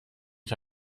ich